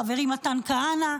חברי מתן כהנא,